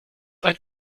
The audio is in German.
ein